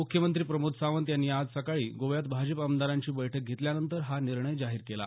मुख्यमंत्री प्रमोद सावंत यांनी आज सकाळी गोव्यात भाजप आमदारांची बैठक घेतल्यानंतर हा निर्णय जाहीर केला